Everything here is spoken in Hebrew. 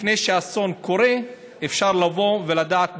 לפני שאסון קורה אפשר לבוא ולדעת בדיוק,